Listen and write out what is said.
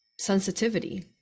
sensitivity